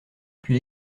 puis